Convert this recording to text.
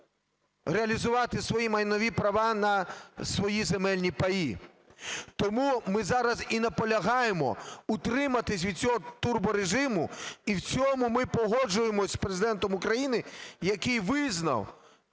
реалізувати свої майнові права на свої земельні паї. Тому ми зараз і наполягаємо утриматись від цього турборежиму, і в цьому ми погоджуємося з Президентом України, який визнав